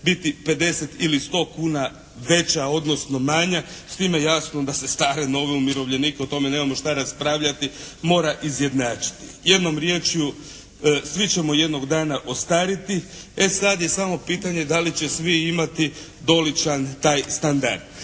biti 50 ili 100 kuna veća, odnosno manja, s time jasno da se stare/nove umirovljenike o tome nemamo šta raspravljati, mora izjednačiti. Jednom riječju svi ćemo jednog dana ostariti, e sada je samo pitanje da li će svi imati doličan taj standard.